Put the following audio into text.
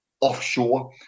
offshore